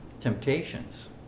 temptations